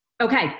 Okay